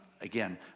again